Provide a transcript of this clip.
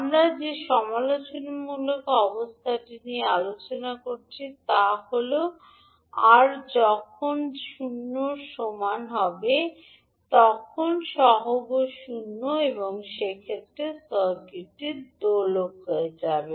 আমরা যে সমালোচনামূলক অবস্থাটি আলোচনা করেছি তা হল আর যখন 0 টি সমান হবে তখন damp সহগ 0 হবে সেক্ষেত্রে সার্কিটটি দোলক হয়ে যাবে